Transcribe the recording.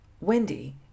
Wendy